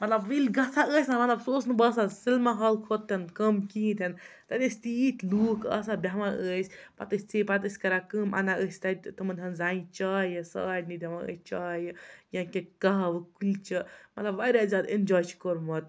مطلب وۄنۍ ییٚلہِ گژھان ٲسۍ نا مطلب سُہ اوس نہٕ باسان سِنما ہال کھۄتہٕ تہِ نہٕ کَم کِہیٖنۍ تہِ نہٕ تَتہِ ٲسۍ تیٖتۍ لوٗکھ آسان بیٚہوان ٲسۍ پَتہٕ ٲسۍ ژے پَتہٕ ٲسۍ کَران کٲم اَنان ٲسۍ تَتہِ تِمَن ہٕنٛز زَنہِ چایہِ سارنی دِوان ٲسۍ چایہِ یا کینٛہہ کَہوٕ کُلچہِ مطلب واریاہ زیادٕ اِنجاے چھِ کوٚرمُت